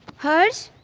harsh!